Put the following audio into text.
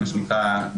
מה שנקרא,